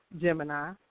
Gemini